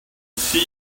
see